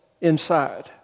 inside